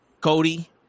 cody